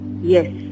Yes